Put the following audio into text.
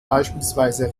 beispielsweise